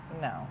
No